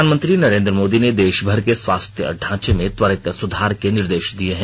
प्रधानमंत्री नरेन्द्र मोदी ने देशभर के स्वास्थ्य ढांचे में त्वरित सुधार के निर्देश दिए हैं